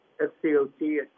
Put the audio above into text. S-C-O-T